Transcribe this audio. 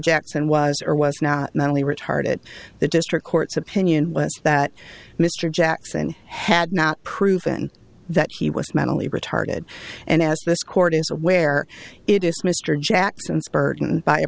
jackson was or was not mentally retarded the district court's opinion was that mr jackson had not proven that he was mentally retarded and as this court is aware it is mr jackson's burden by a